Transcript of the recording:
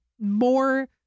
more